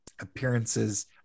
appearances